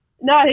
no